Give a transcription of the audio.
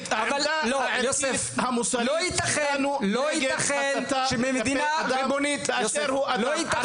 העמדה המוסרית והערכית שלנו היא שלא תיתן הסתה כלפי אדם באשר הוא אדם.